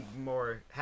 more